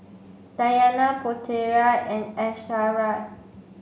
Dayana Putera and Asharaff